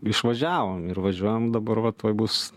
išvažiavom ir važiuojam dabar va tuoj bus